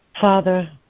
Father